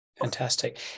Fantastic